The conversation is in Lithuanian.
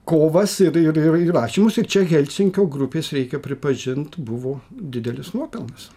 kovas ir ir ir rašiusi čia helsinkio grupės reikia pripažint buvo didelis nuopelnas